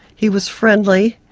he was friendly,